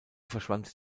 verschwand